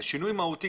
שינוי מהותי,